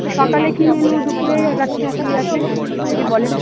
তো সকালে কী মেনু দুপুরে আর রাত্রে কী আছে একটু যদি বলেন